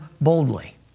boldly